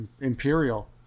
imperial